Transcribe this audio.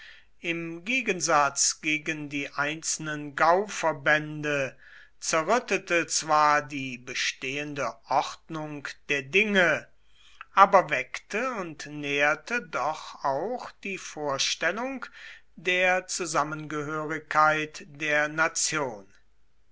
im gegensatz gegen die einzelnen gauverbände zerrüttete zwar die bestehende ordnung der dinge aber weckte und nährte doch auch die vorstellung der zusammengehörigkeit der nation